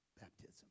baptism